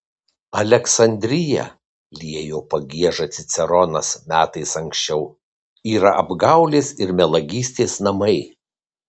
aleksandrija liejo pagiežą ciceronas metais anksčiau yra apgaulės ir melagystės namai